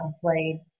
played